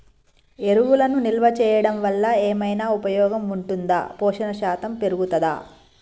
ఎరువులను నిల్వ చేయడం వల్ల ఏమైనా ఉపయోగం ఉంటుందా పోషణ శాతం పెరుగుతదా?